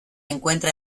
encuentra